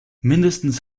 mindestens